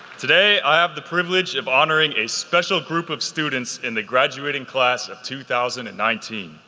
today i have the privilege of honoring a special group of students in the graduating class of two thousand and nineteen.